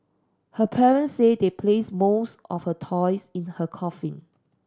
her parents said they placed most of her toys in her coffin